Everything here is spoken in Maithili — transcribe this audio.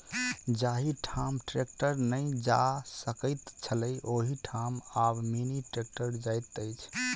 जाहि ठाम ट्रेक्टर नै जा सकैत छलै, ओहि ठाम आब मिनी ट्रेक्टर जाइत अछि